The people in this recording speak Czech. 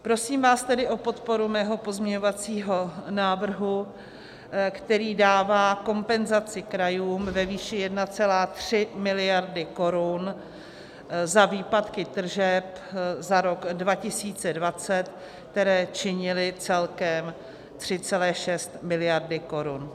Prosím vás tedy o podporu svého pozměňovacího návrhu, který dává kompenzaci krajům ve výši 1,3 miliardy korun za výpadky tržeb za rok 2020, které činily celkem 3,6 miliardy korun.